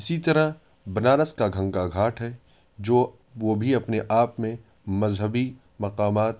اسی طرح بنارس کا گھنگا گھاٹ ہے جو وہ بھی اپنے آپ میں مذہبی مقامات